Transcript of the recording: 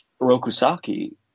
Rokusaki